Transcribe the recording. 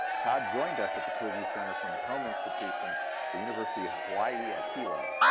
todd joined us at the kluge center from his home institution the university of hawaii at hilo.